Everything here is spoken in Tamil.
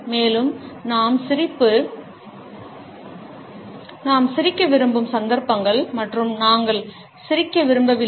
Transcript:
மேலும் நாம் சிரிக்க விரும்பும் சந்தர்ப்பங்கள் மற்றும் நாங்கள் சிரிக்க விரும்பவில்லை